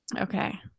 okay